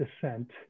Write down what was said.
descent